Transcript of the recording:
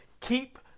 keep